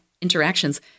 interactions